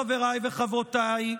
חבריי וחברותיי,